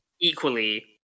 equally